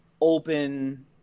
open